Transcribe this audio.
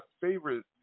favorite